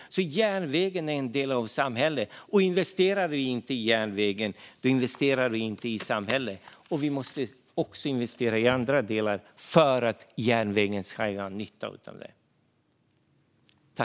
Järnvägen är en del av samhället, och investerar vi inte i järnvägen investerar vi inte i samhället. Och vi måste också investera i andra delar för att järnvägen ska göra nytta.